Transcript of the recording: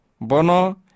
bono